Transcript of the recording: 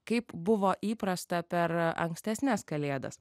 kaip buvo įprasta per ankstesnes kalėdas